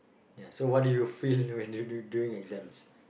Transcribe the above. ya so what do you feel during exams